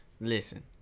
Listen